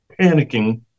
panicking